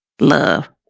love